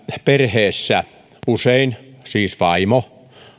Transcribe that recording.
perheessä usein siis vaimo